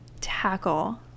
tackle